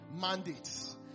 mandates